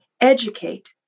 educate